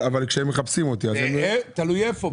אבל כשהם מחפשים אותי --- זה תלוי איפה.